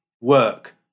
work